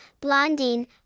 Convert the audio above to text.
Blondine